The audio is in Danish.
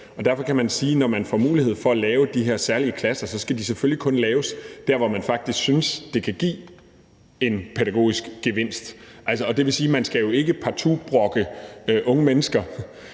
Derfor kan man sige, at når der bliver mulighed for at lave de her særlige klasser, skal de selvfølgelig kun laves dér, hvor det kan give en pædagogisk gevinst. Det vil sige, at man ikke partout skal proppe unge mennesker